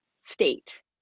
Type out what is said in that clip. state